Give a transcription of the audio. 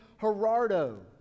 Gerardo